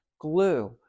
glue